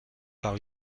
par